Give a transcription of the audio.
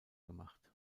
gemacht